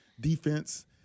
defense